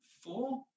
four